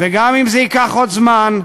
וגם אם זה ייקח עוד זמן,